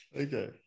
Okay